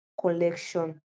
collection